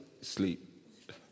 sleep